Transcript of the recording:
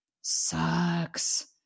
Sucks